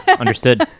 understood